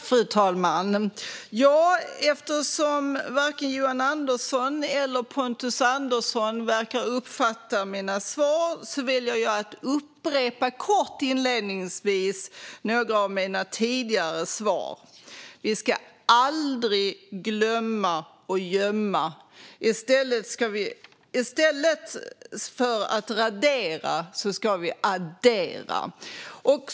Fru talman! Eftersom varken Jonas Andersson eller Pontus Andersson verkar uppfatta mina svar väljer jag att inledningsvis kort upprepa några av mina tidigare svar. Vi ska aldrig glömma och gömma. I stället för att radera ska vi addera.